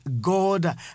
God